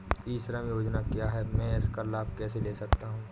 ई श्रम योजना क्या है मैं इसका लाभ कैसे ले सकता हूँ?